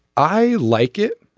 i like it.